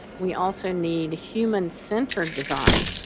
we also need human centred design,